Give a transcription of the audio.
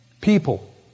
people